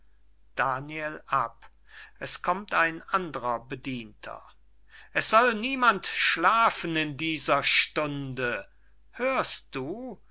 es soll niemand schlafen in dieser stunde hörst du